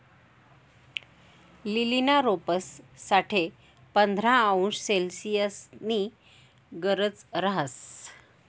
लीलीना रोपंस साठे पंधरा अंश सेल्सिअसनी गरज रहास